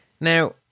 Now